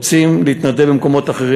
רוצים להתנדב במקומות אחרים?